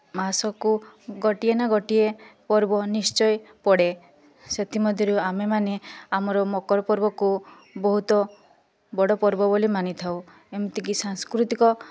ମାସକୁ ଗୋଟିଏ ନା ଗୋଟିଏ ପର୍ବ ନିଶ୍ଚୟ ପଡ଼େ ସେଥି ମଧ୍ୟରୁ ଆମେମାନେ ଆମର ମକର ପର୍ବକୁ ବହୁତ ବଡ଼ ପର୍ବ ବୋଲି ମାନିଥାଉ ଏମିତିକି ସାଂସ୍କୃତିକ